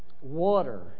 water